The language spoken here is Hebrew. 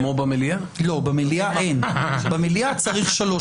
במליאה צריך שלוש קריאות.